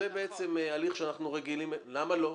זה בעצם הליך שאנחנו רגילים --- לא נכון.